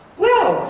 well!